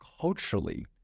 culturally